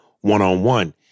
one-on-one